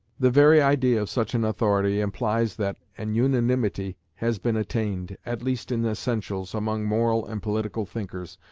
the very idea of such an authority implies that an unanimity has been attained, at least in essentials, among moral and political thinkers,